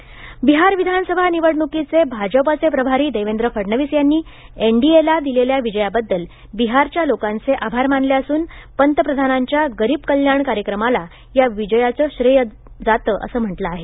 फडणवीस बिहार विधानसभा निवडणुकीचे भाजपाचे प्रभारी देवेंद्र फडणवीस यांनी एनडीला दिलेल्या विजयाबद्दल बिहारच्या लोकांचे आभार मानले असून पंतप्रधानांच्या गरीब कल्याण कार्यक्रमाला या विजयाचं श्रेय जातं असं म्हटलं आहे